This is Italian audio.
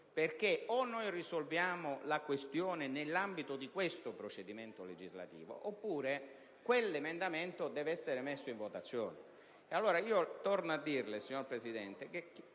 perché o noi risolviamo la questione nell'ambito di questo procedimento legislativo oppure quell'emendamento deve essere messo in votazione.